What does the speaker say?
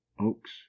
oaks